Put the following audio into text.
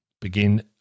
Begin